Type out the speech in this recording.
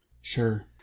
Sure